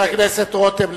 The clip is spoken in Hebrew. חבר הכנסת רותם,